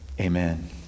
amen